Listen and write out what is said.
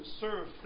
serve